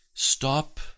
Stop